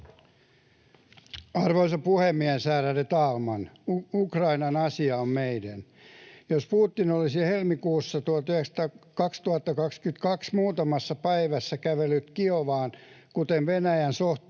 Arvoisa puhemies, ärade talman! Ukrainan asia on meidän. Jos Putin olisi helmikuussa 2022 muutamassa päivässä kävellyt Kiovaan, kuten Venäjän sotajohto